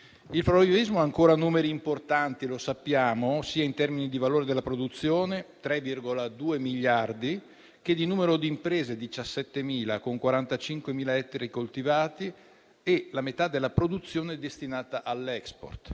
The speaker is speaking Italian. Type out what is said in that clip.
Il florovivaismo ha ancora numeri importanti, sia in termini di valore della produzione (3,2 miliardi) sia di numero di imprese (17.000), con 45.000 ettari coltivati e la metà della produzione destinata all'*export.*